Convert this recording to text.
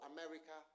America